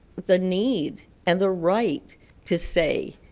the need and the right to say